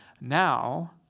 now